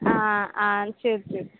ஆ ஆ சரி சரி